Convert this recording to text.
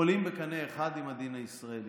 עולות בקנה אחד עם הדין הישראלי.